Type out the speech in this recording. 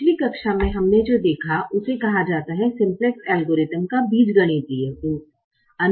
पिछली कक्षा में हमने जो देखा उसे कहा जाता है सिंप्लेक्स एल्गोरिथम का बीजगणितीय रूप